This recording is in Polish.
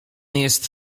jest